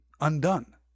undone